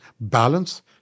balance